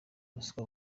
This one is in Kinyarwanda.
ruswa